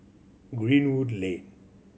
Greenwood Lane